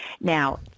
Now